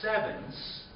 sevens